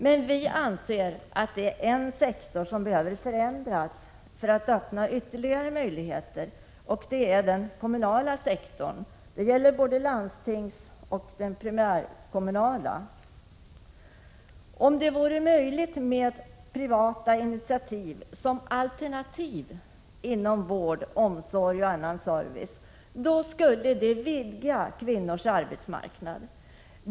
Det finns emellertid en sektor som behöver förändras för att ytterligare möjligheter skall öppnas, och det är den kommunala sektorn, både den landstingskommunala och den primärkommunala sektorn. Om det vore möjligt med privata initiativ som alternativ inom vård, omsorg och annan service skulle det vidga kvinnors arbetsmarknad.